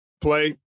play